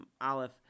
Aleph